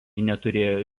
neturėjo